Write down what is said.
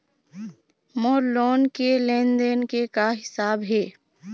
मोर loan के लेन देन के का हिसाब हे?